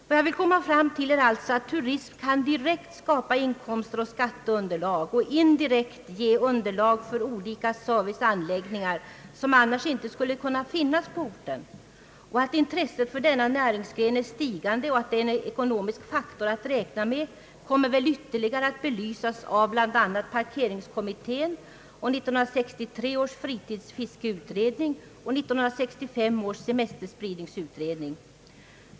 Vad jag vill komma fram till är alltså att turism kan direkt skapa inkomster och skatteunderlag och indirekt ge ekonomiskt underlag för olika serviceanläggningar som annars inte skulle kunna finnas på orten. Att intresset för denna näringsgren är stigande och att den är en ekonomisk faktor att räkna med kommer väl ytterligare att belysas av bl.a. parkeringskommittén, 1963 års fritidsfiskeutredning och 1965 års semesterspridningsutredning.